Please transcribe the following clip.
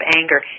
anger